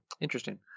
Interesting